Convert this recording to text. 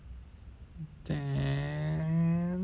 then